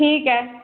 ठीक आहे